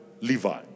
Levi